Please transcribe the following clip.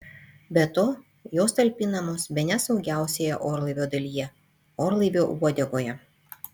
be to jos talpinamos bene saugiausioje orlaivio dalyje orlaivio uodegoje